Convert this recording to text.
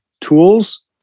tools